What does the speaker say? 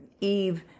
Eve